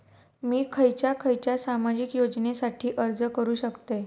मी खयच्या खयच्या सामाजिक योजनेसाठी अर्ज करू शकतय?